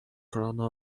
kolana